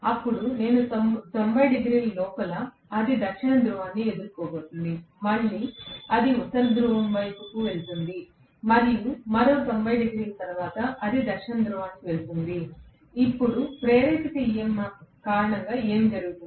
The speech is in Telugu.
అప్పుడు 90 డిగ్రీల లోపల అది దక్షిణ ధృవాన్ని ఎదుర్కోబోతోంది మళ్ళీ అది ఉత్తర ధ్రువం వైపుకు వెళుతుంది మరియు మరో 90 డిగ్రీల తరువాత అది దక్షిణ ధ్రువానికి వెళుతుంది ఇప్పుడు ప్రేరేపిత EMF ప్రకారం ఏమి జరుగుతుంది